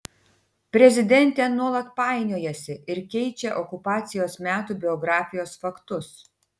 prezidentė nuolat painiojasi ir keičia okupacijos metų biografijos faktus